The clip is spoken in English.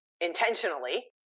intentionally